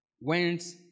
went